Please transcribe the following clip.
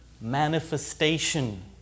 manifestation